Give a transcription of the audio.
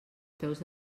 peus